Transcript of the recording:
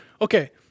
okay